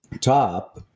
top